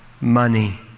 money